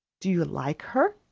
do you like her?